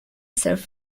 serve